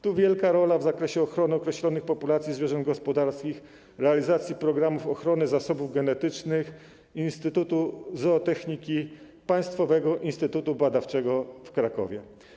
Tu wielka rola w zakresie ochrony określonych populacji zwierząt gospodarskich i realizacji programów ochrony zasobów genetycznych Instytutu Zootechniki Państwowego Instytutu Badawczego w Krakowie.